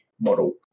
model